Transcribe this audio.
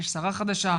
יש שרה חדשה,